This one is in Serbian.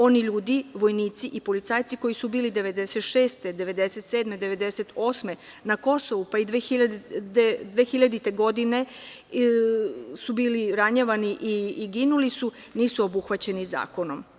Oni ljudi, vojnici i policajci koji su bili 1996, 1997, 1998. godine na Kosovu i 2000. godine, su bili ranjavani i ginuli su, nisu obuhvaćeni zakonom.